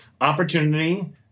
opportunity